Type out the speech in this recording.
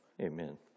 Amen